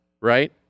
right